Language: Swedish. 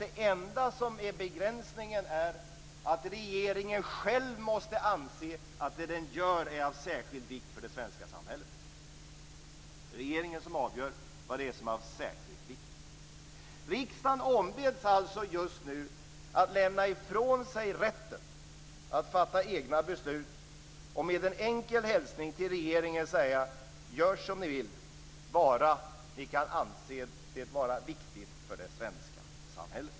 Den enda begränsningen är att regeringen själv måste anse att det den gör är av särskild vikt för det svenska samhället. Det är regeringen som avgör vad som är särskilt viktigt. Riksdagen ombeds alltså just nu att lämna ifrån sig rätten att fatta egna beslut. Den skall med en enkel hälsning till regeringen säga: Gör som ni vill, bara ni kan anse det vara viktigt för det svenska samhället!